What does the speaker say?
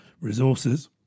resources